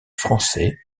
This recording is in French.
français